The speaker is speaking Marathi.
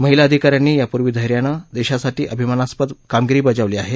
महिला अधिकाऱ्यांनी यापूर्वी धैर्यानं देशांसाठी अभिमानस्पद कामगिरी बजावली आहे